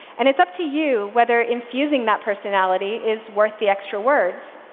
and it's up to you whether infusing that personality is worth the extra words.